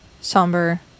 somber